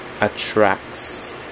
attracts